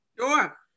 Sure